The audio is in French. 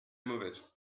mauvaise